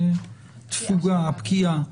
הפקיעה,